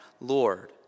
Lord